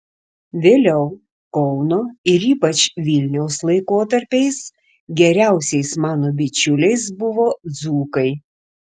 vėliau kauno ir ypač vilniaus laikotarpiais geriausiais mano bičiuliais buvo dzūkai